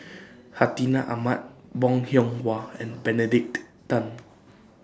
Hartinah Ahmad Bong Hiong Hwa and Benedict Tan